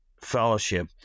fellowship